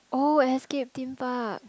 oh Escape-Theme-Park